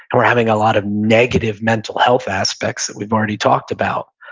we're having a lot of negative mental health aspects that we've already talked about,